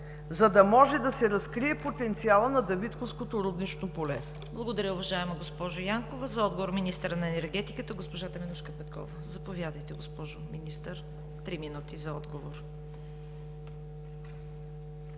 за да може да се разкрие потенциалът на Давидковското руднично поле?